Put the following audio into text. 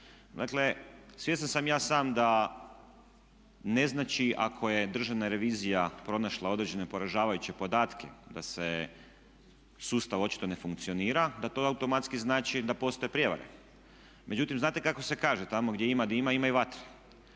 Dakle, svjestan sam i ja sam da ne znači ako je Državna revizija pronašla određene poražavajuće podatke da sustav očito ne funkcionira, da to automatski znači da postoje prijevare. Međutim, znate kako se kaže? Tamo gdje ima dima i vatre.